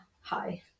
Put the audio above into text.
hi